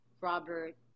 Robert